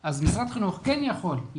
של משרד החינוך, אז משרד החינוך כן יכול להחריג.